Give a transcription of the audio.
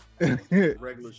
Regular